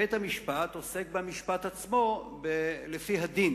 בית-המשפט עוסק במשפט עצמו לפי הדין